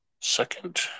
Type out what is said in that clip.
second